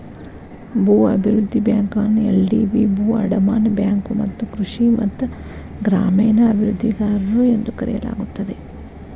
ಭೂ ಅಭಿವೃದ್ಧಿ ಬ್ಯಾಂಕುಗಳನ್ನ ಎಲ್.ಡಿ.ಬಿ ಭೂ ಅಡಮಾನ ಬ್ಯಾಂಕು ಮತ್ತ ಕೃಷಿ ಮತ್ತ ಗ್ರಾಮೇಣ ಅಭಿವೃದ್ಧಿಗಾರರು ಎಂದೂ ಕರೆಯಲಾಗುತ್ತದೆ